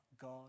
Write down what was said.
God